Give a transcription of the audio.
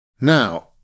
Now